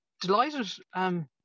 delighted